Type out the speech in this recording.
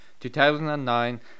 2009